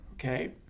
Okay